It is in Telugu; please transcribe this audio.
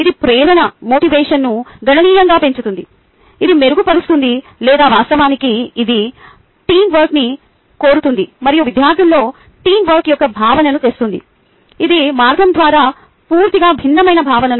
ఇది ప్రేరణను గణనీయంగా పెంచుతుంది ఇది మెరుగుపరుస్తుంది లేదా వాస్తవానికి ఇది టీమ్ వర్క్ని కోరుతుంది మరియు విద్యార్థులలో టీమ్ వర్క్ యొక్క భావనను తెస్తుంది ఇది మార్గం ద్వారా పూర్తిగా భిన్నమైన భావన